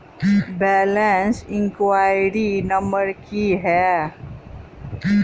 Balance enquiry number की है?